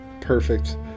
Perfect